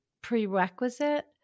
prerequisite